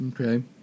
Okay